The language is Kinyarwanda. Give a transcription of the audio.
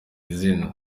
izina